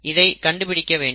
இதை கண்டுபிடிக்க வேண்டும்